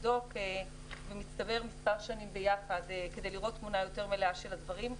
לבדוק במצטבר מספר שנים ביחד כדי לראות תמונה יותר מלאה של הדברים,